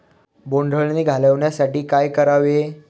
बोंडअळी घालवण्यासाठी काय करावे?